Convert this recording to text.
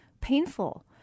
painful